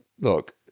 look